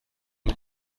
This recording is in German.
mit